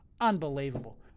Unbelievable